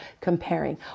comparing